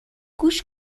گوش